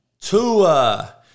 Tua